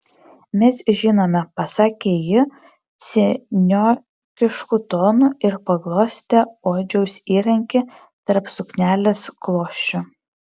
mes žinome pasakė ji seniokišku tonu ir paglostė odžiaus įrankį tarp suknelės klosčių